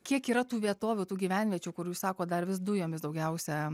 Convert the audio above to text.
kiek yra tų vietovių tų gyvenviečių kur jūs sakot dar vis dujomis daugiausia